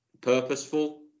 purposeful